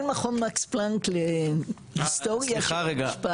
סליחה רגע,